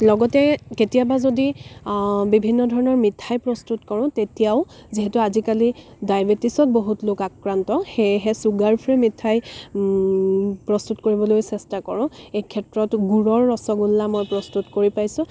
লগতে কেতিয়াবা যদি বিভিন্ন ধৰণৰ মিঠাই প্ৰস্তুত কৰোঁ তেতিয়াও যিহেতু আজিকালি ডায়বেটিছত বহুত লোক আক্ৰান্ত সেয়েহে চুগাৰ ফ্ৰী মিঠাই প্ৰস্তুত কৰিবলৈও চেষ্টা কৰোঁ এই ক্ষেত্ৰত গুড়ৰ ৰসগোল্লা মই প্ৰস্তুত কৰি পাইছোঁ